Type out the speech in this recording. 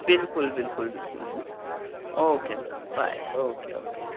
बिल्कुल बिल्कुल बिल्कुल है ना okay madam bye okay okay